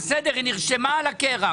בסדר, היא נרשמה על הקרח.